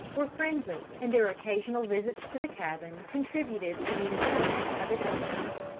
were friendly, and their occasional visits to the cabin contributed to the enjoyment of its inmates.